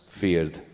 feared